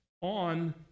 on